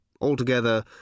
Altogether